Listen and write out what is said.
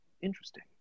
interesting